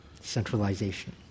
centralization